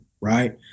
Right